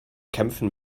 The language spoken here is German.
kämpfen